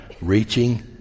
Reaching